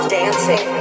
dancing